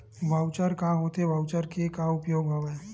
Voucher का होथे voucher के का उपयोग हवय?